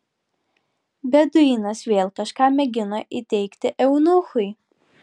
beduinas vėl kažką mėgino įteigti eunuchui